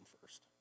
first